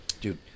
Dude